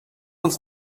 uns